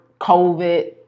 COVID